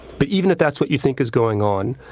but even if that's what you think is going on,